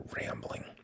rambling